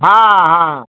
हाँ हाँ